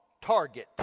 target